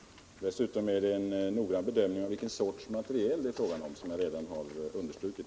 Dessutom har det gjorts en noggrann bedömning av vilken sorts materiel det är fråga om, vilket jag tidigare har understrukit.